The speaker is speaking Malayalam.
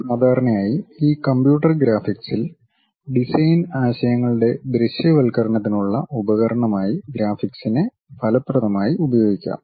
സാധാരണയായി ഈ കമ്പ്യൂട്ടർ ഗ്രാഫിക്സിൽ ഡിസൈൻ ആശയങ്ങളുടെ ദൃശ്യവൽക്കരണത്തിനുള്ള ഉപകരണമായി ഗ്രാഫിക്സിനെ ഫലപ്രദമായ ഉപയോഗിക്കാം